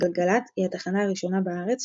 גלגלצ היא התחנה הראשונה בארץ,